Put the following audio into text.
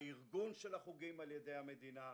ארגון החוגים על-ידי המדינה,